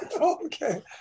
Okay